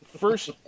First